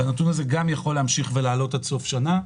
הנתון הזה יכול להמשיך ולעלות עד סוף השנה.